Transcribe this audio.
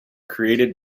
created